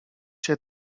się